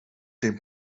dem